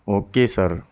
okay sir